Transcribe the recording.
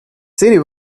city